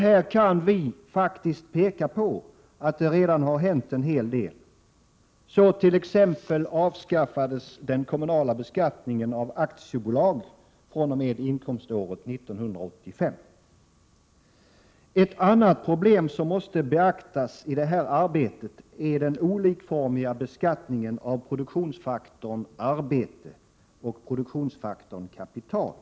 Här kan vi faktiskt peka på att det redan har hänt en hel del. Den kommunala beskattningen av aktiebolag avskaffades t.ex. fr.o.m. inkomståret 1985. Ett annat problem som måste beaktas i detta arbete är den olikformiga beskattningen av produktionsfaktorn arbete och produktionsfaktorn kapital.